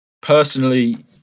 personally